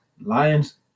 Lions